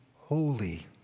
holy